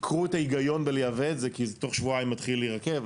עיקרו את ההיגיון בלייבא את זה כי זה תוך שבועיים מתחיל להירקב,